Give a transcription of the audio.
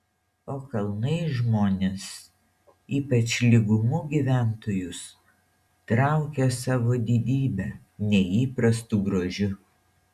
o kalnai žmones ypač lygumų gyventojus traukia savo didybe neįprastu grožiu